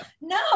No